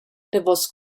davos